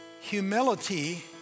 humility